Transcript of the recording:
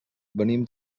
venim